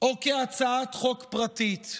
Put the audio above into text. או כהצעת חוק פרטית.